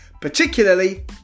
Particularly